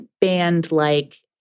band-like